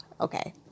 okay